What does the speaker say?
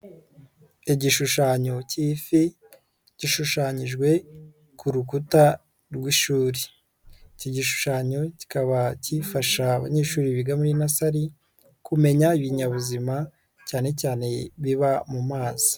Igishushanyo k'ifi gishushanyijwe ku rukuta rw'ishuri, iki gishushanyo kikaba gifasha abanyeshuri bigamo in nasari kumenya ibinyabuzima cyane cyane biba mu mazi.